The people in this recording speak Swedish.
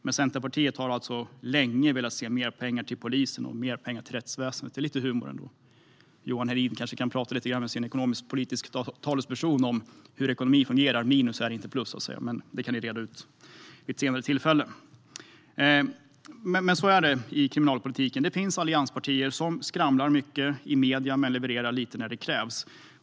Men Centerpartiet har alltså länge velat se mer pengar till polisen och rättsväsendet - det är lite humor ändå. Johan Hedin kanske kan prata lite med sin ekonomisk-politiska talesperson om hur ekonomi fungerar och att minus inte är plus. Men det kan ni reda ut vid ett senare tillfälle. Så är det i kriminalpolitiken. Det finns allianspartier som skramlar mycket i medierna men levererar lite när det krävs.